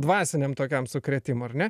dvasiniam tokiam sukrėtimo ar ne